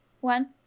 one